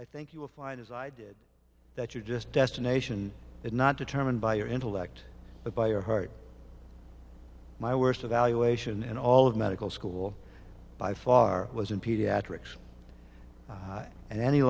i think you will find as i did that you just destination is not determined by your intellect but by your heart my worst evaluation and all of medical school by far was in pediatrics and any